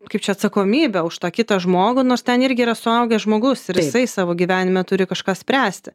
kaip čia atsakomybę už tą kitą žmogų nors ten irgi yra suaugęs žmogus ir jisai savo gyvenime turi kažką spręsti